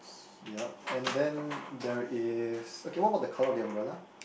yup and then there is okay what about the colour of the umbrella